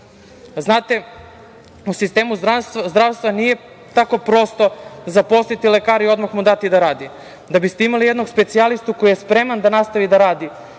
posao. Znate, u sistemu zdravstva nije tako prosto zaposliti lekara i odmah mu dati da radi. Da biste imali jednog specijalistu koji je spreman da nastavi da radi